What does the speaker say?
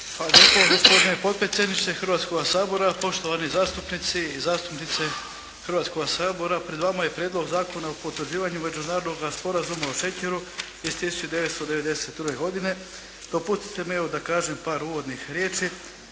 lijepo. Gospodine potpredsjedniče Hrvatskoga sabora, poštovani zastupnici i zastupnice Hrvatskoga sabora. Pred vama je Prijedlog zakona o potvrđivanju Međunarodnog sporazuma o šećeru iz 1992. godine. Dopustite mi evo da kažem par uvodnih riječi.